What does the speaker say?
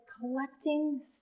collecting